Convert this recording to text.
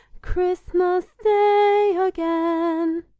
christmas day again.